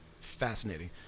fascinating